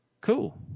Cool